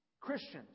Christians